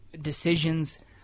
decisions